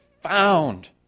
found